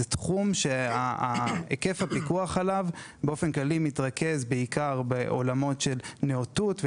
זהו תחום שהיקף הפיקוח עליו מתרכז בעיקר בעולמות של נאותות,